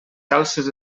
calces